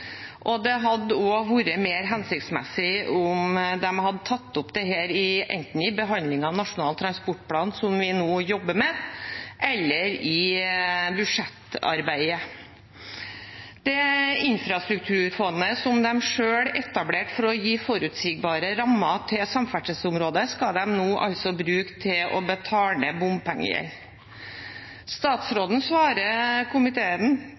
Det hadde også vært mer hensiktsmessig om de hadde tatt opp dette enten i behandlingen av Nasjonal transportplan, som vi nå jobber med, eller i budsjettarbeidet. Det infrastrukturfondet som de selv etablerte for å gi forutsigbare rammer for samferdselsområdet, skal de nå altså bruke til å betale ned bompengegjeld. Statsråden svarer komiteen